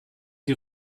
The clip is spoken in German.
die